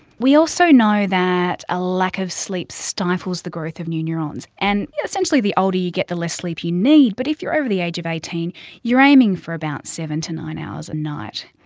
we also know that a lack of sleep stifles the growth of new neurons, and the older you get the less sleep you need, but if you're over the age of eighteen you're aiming for about seven to nine hours a night.